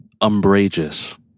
umbrageous